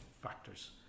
factors